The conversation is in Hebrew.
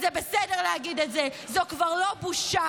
זה בסדר להגיד את זה, זו כבר לא בושה.